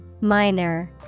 Minor